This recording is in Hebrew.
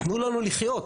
תנו לנו לחיות.